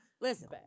Listen